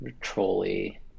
trolley